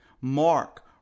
Mark